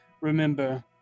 Remember